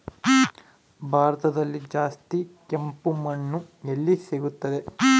ಭಾರತದಲ್ಲಿ ಜಾಸ್ತಿ ಕೆಂಪು ಮಣ್ಣು ಎಲ್ಲಿ ಸಿಗುತ್ತದೆ?